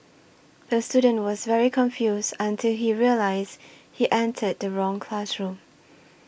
the student was very confused until he realised he entered the wrong classroom